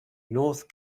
north